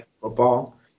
football